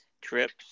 trips